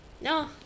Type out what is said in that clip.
No